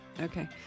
Okay